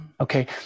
Okay